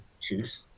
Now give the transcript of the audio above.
choose